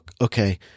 okay